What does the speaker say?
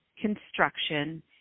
construction